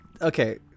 Okay